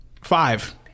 Five